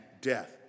death